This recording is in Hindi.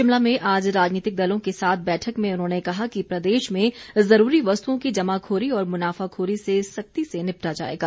शिमला में आज राजनीतिक दलों के साथ बैठक में उन्होंने कहा कि प्रदेश में जरूरी वस्तुओं की जमाखोरी और मुनाफाखोरी से सख्ती से निपटा जाएगा